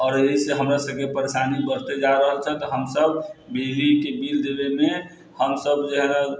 आओर एहिसँ हमर सभके परेशानी बढ़ते जा रहल छथि हम सभ बिजलीके बिल देबैमे हम सभ जेहै